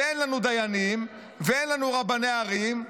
ואין לנו דיינים, ואין לנו רבני ערים,